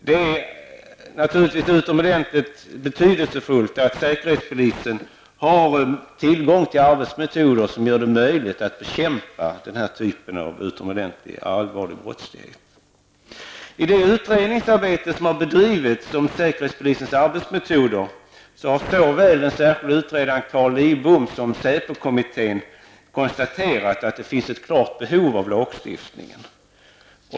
Det är naturligtvis utomordentligt betydelsefullt att säkerhetspolisen har tillgång till arbetsmetoder som gör det möjligt att bekämpa den här sortens brottslighet. I det utredningsarbete som har bedrivits om säkerhetspolisens arbetsmetoder har såväl den särskilda utredaren Carl Lidbom som SÄPO--kommittén konstaterat att det finns ett klart behov av lagstiftningen.